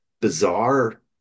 bizarre